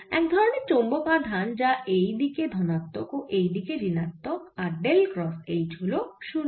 এক ধরনের চৌম্বক আধান যা এই দিকে ধনাত্মক ও এইদিকে ঋণাত্মক আর ডেল ক্রস H হল 0